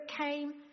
came